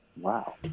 Wow